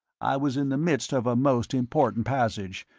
i was in the midst of a most important passage,